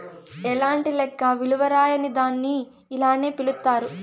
ఎలాంటి లెక్క విలువ రాయని దాన్ని ఇలానే పిలుత్తారు